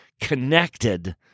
connected